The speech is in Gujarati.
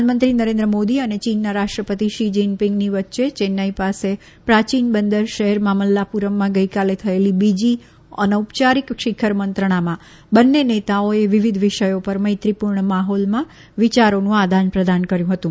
પ્રધાનમંત્રી નરેન્દ્ર મોદી અને ચીનના રાષ્ટ્રપતિ શી જિનપીગની વચ્ચે ચેન્નાઇ પાસે પ્રાચીન બંદર શહેર મામલ્લાપુરમમાં ગઇકાલે થયેલી બીજી અનૌપયારિક શિખર મંત્રણામાં બંને નેતાઓએ વિવિધ વિષયો પર મૈત્રીપૂર્ણ માહોલમાં વિયારોનું આદાન પ્રદાન કર્યું હતું